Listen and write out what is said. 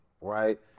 right